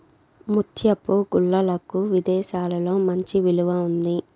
ముత్యపు గుల్లలకు విదేశాలలో మంచి విలువ ఉంది